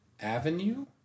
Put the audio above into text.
Avenue